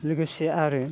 लोगोसे आरो